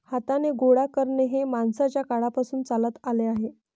हाताने गोळा करणे हे माणसाच्या काळापासून चालत आले आहे